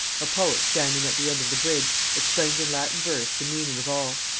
a poet standing at the end of the bridge explained in latin verse the meaning of all.